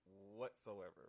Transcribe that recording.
whatsoever